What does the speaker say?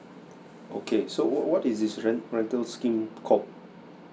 okay so what what is is rent rental scheme called